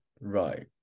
right